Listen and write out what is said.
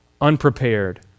unprepared